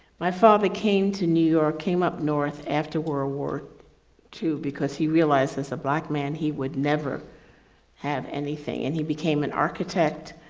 my father came to new york came up north after world ah war two because he realized as a black man, he would never have anything and he became an architect.